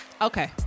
Okay